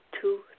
two